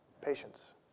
Patience